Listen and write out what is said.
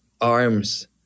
arms